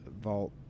vault